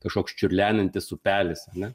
kažkoks čiurlenantis upelis ar ne